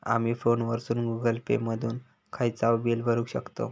आमी फोनवरसून Google Pay मधून खयचाव बिल भरुक शकतव